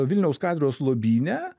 vilniaus katedros lobyne